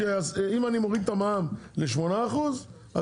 אם אני מוריד את המע"מ לשמונה אחוזים,